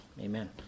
amen